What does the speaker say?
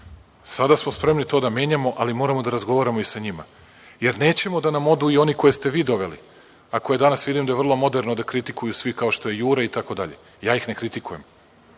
Sada smo spremni to da menjamo, ali moramo da razgovaramo i sa njima, jer nećemo da nam odu i oni koje ste vi doveli, a koje danas vidim da je vrlo moderno da kritikuju svi, kao što je „Jura“ itd. Ja ih ne kritikujem.